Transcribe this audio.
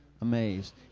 amazed